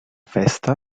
festa